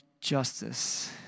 justice